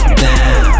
down